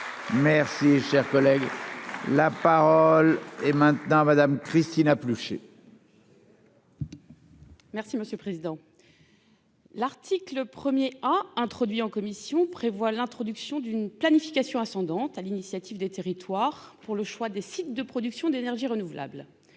Merci, cher collègue. La parole est maintenant à Madame Cristina. Merci monsieur le président. L'article 1er a introduit en commission, prévoit l'introduction d'une planification ascendante à l'initiative des territoires pour le choix des sites de production d'énergie renouvelable,